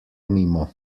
mimo